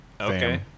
Okay